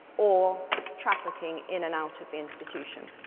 or trafficking in and out of institution.